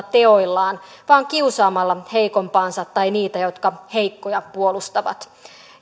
teoillaan vaan kiusaamalla heikompaansa tai niitä jotka heikkoja puolustavat